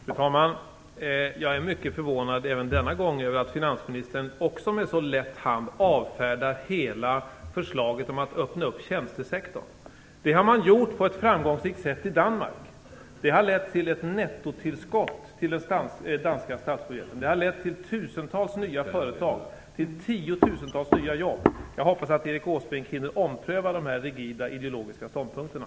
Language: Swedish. Fru talman! Jag är även denna gång mycket förvånad över att finansministern med så lätt hand avfärdar hela förslaget om att öppna tjänstesektorn. Det har man ju gjort på ett framgångsrikt sätt i Danmark. Det har lett till ett nettotillskott till den danska statsbudgeten. Det har också lett till tusentals nya företag och till tiotusentals nya jobb. Jag hoppas att Erik Åsbrink hinner ompröva de här rigida ideologiska ståndpunkterna.